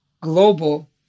global